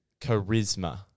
Charisma